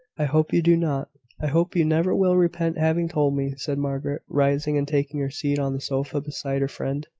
i hope you do not i hope you never will repent having told me, said margaret, rising and taking her seat on the sofa, beside her friend.